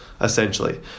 essentially